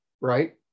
right